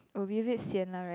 will be a bit sian lah [right]